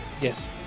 yes